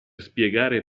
spiegare